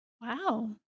Wow